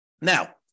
Now